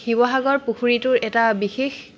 শিৱসাগৰ পুখুৰীটোৰ এটা বিশেষ